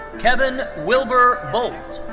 kevin wilbur boldt.